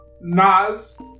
Nas